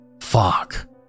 Fuck